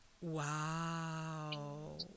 Wow